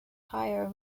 higher